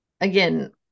again